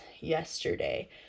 yesterday